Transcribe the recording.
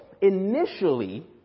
initially